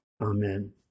Amen